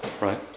right